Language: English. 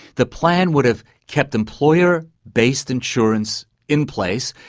the plan would have kept employer based insurance in place,